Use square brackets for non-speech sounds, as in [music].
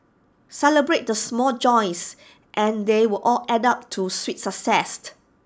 celebrate the small joys and they will all add up to sweet [unintelligible]